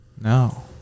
No